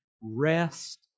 rest